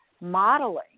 modeling